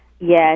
Yes